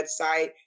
website